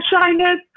shyness